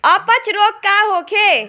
अपच रोग का होखे?